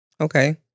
Okay